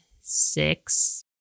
six